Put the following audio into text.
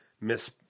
miss